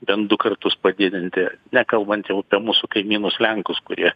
bent du kartus padidinti nekalbant jau apie mūsų kaimynus lenkus kurie